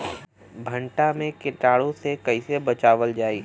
भनटा मे कीटाणु से कईसे बचावल जाई?